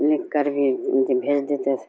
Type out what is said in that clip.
لکھ کر بھی ان کو بھیج دیتے تھے